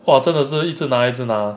!wah! 真的是一直拿一直拿